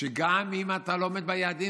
שגם אם אתה לא עומד ביעדים,